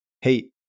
hey